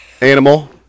Animal